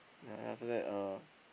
then then after that uh